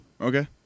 Okay